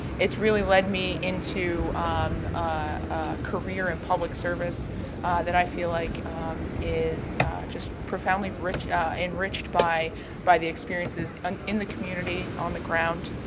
it's really led me into a career in public service that i feel like is just profoundly enriched enriched by by the experiences in the community, on the ground.